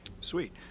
sweet